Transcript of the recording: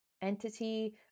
Entity